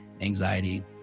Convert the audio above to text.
anxiety